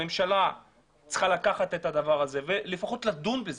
הממשלה צריכה לקחת את הדבר הזה ולפחות לדון בזה,